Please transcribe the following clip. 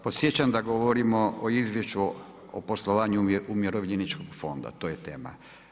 Podsjećam da govorimo o Izvješću o poslovanju Umirovljeničkog fonda, to je tema.